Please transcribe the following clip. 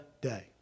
day